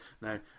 Now